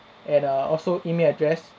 and err also email address